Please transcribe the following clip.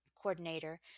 coordinator